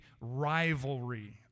rivalry